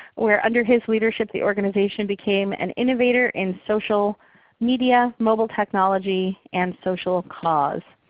where under his leadership, the organization became an innovator in social media, mobile technology, and social cause.